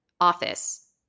office